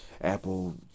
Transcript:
Apple